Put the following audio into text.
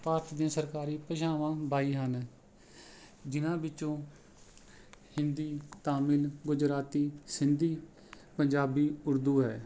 ਭਾਰਤ ਦੀਆਂ ਸਰਕਾਰੀ ਭਾਸ਼ਾਵਾਂ ਬਾਈ ਹਨ ਜਿਹਨਾਂ ਵਿੱਚੋਂ ਹਿੰਦੀ ਤਾਮਿਲ ਗੁਜਰਾਤੀ ਸਿੰਧੀ ਪੰਜਾਬੀ ਉਰਦੂ ਹੈ